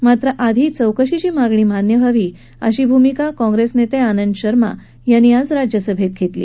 मात्र आधी चौकशीची मागणी मान्य व्हावी अशी भूमिका काँप्रेस नेते आनंद शर्मा यांनी राज्यसभेत घेतली